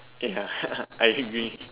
ya I agree